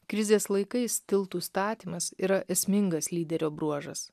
krizės laikais tiltų statymas yra esmingas lyderio bruožas